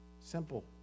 Simple